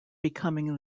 becoming